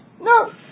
No